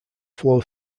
flow